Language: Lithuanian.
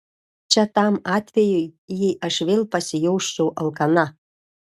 čia tam atvejui jei aš vėl pasijausčiau alkana